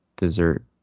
dessert